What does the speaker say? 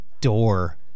door